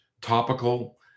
topical